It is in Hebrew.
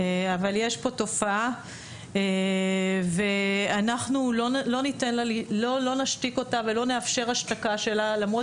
יש כאן תופעה ואנחנו לא נשתיק אותה ולא נאפשר השתקה שלה למרות